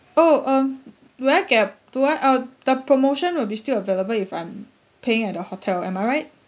oh um do I get do I uh the promotion will be still available if I'm paying at the hotel am I right